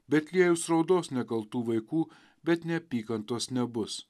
betliejus raudos nekaltų vaikų bet neapykantos nebus